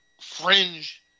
fringe